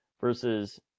versus